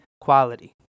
quality